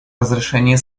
разрешении